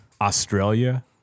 Australia